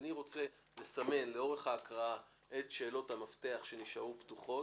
אני רוצה שנסמן את שאלות המפתח שנשארו פתוחות.